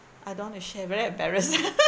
I don't want to share very embarrassed